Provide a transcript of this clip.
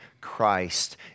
Christ